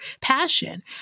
passion